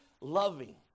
loving